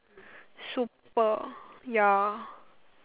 super ya